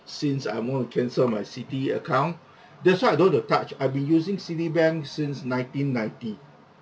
since I more on cancel my citi account that's why I don't want to touch I've been using citibank since nineteen ninety